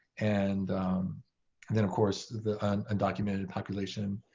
and then, of course, the undocumented population.